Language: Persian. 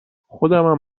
خودمم